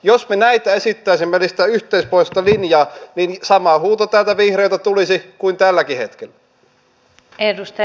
jos me näistä esittäisimme yhteispohjoismaista linjaa niin sama huuto täältä vihreiltä tulisi kuin tälläkin hetkellä